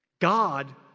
God